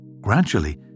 Gradually